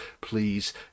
please